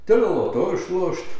teleloto išlošt